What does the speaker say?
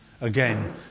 again